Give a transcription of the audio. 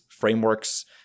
frameworks